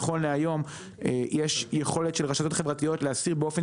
נכון להיום יש יכולת של הרשתות החברתיות להסיר באופן